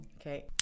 Okay